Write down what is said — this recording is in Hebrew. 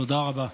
תודה רבה.